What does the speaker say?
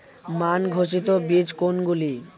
মান ঘোষিত বীজ কোনগুলি?